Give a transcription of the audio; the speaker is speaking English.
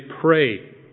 pray